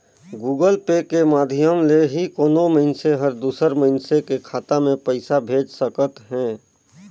Google Pay के माधियम ले ही कोनो मइनसे हर दूसर मइनसे के खाता में पइसा भेज सकत हें